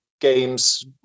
games